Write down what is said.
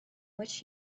which